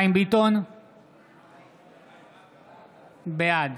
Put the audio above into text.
בעד